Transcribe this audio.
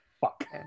fuck